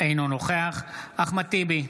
אינו נוכח אחמד טיבי,